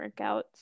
workouts